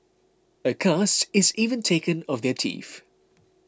a cast is even taken of their teeth